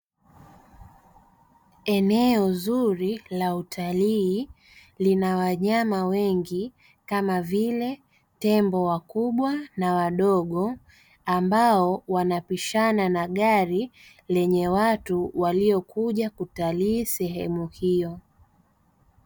Eneo zuri la utalii lina wanyama wengi kama vile tembo wakubwa na wadogo, ambao wanapishana na gari lenye watu waliokuja kutalii sehemu hiyo.